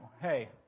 Hey